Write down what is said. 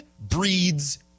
breeds